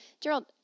Gerald